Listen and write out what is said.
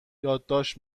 یادداشت